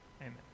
Amen